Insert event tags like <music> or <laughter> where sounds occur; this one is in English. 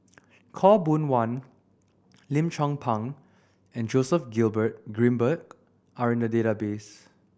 Khaw Boon Wan Lim Chong Pang and Joseph <unintelligible> Grimberg are in the database